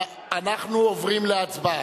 אנחנו עוברים להצבעה.